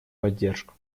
поддержку